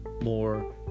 more